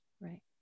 right